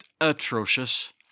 atrocious